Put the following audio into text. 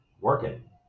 working